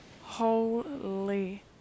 holy